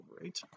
right